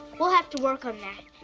we'll have to work on that,